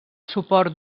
suport